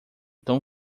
tão